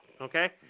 Okay